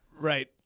right